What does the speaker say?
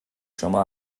شما